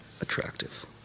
attractive